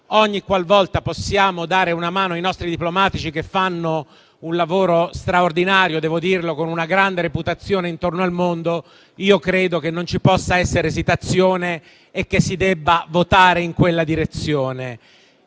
ogni qualvolta possiamo dare una mano ai nostri diplomatici che fanno un lavoro straordinario - devo dirlo - con una grande reputazione intorno al mondo, credo che non ci possa essere esitazione e che si debba votare in quella direzione.